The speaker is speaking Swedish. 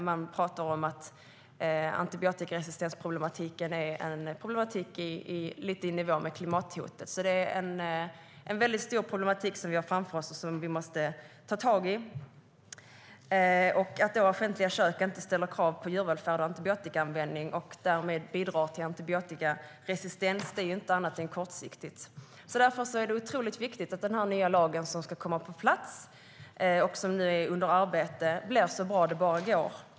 Man pratar om att antibiotikaresistensproblematiken är en problematik i nivå med klimathotet. Det är en väldigt stor problematik som vi har framför oss och som vi måste ta tag i. Att då offentliga kök inte ställer krav på djurvälfärd och antibiotikaanvändning och att de därmed bidrar till antibiotikaresistens är inte annat än kortsiktigt. Därför är det otroligt viktigt att den nya lagen, som ska komma på plats och som nu är under arbete, blir så bra det bara går.